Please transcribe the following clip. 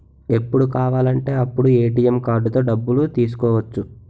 ఎప్పుడు కావాలంటే అప్పుడు ఏ.టి.ఎం కార్డుతో డబ్బులు తీసుకోవచ్చు